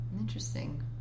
Interesting